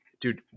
Dude